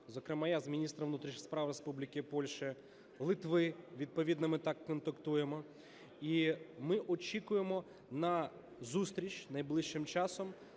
зокрема я з міністром внутрішніх справ Республіки Польща, Литви, відповідно ми так контактуємо. І ми очікуємо на зустріч найближчим часом